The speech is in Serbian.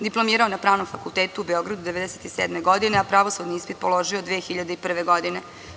Diplomirao je na Pravnom fakultetu u Beogradu 1997. godine, a pravosudni ispit položio 2001. godine.